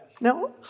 No